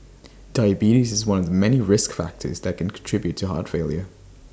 diabetes is one many risk factors that can contribute to heart failure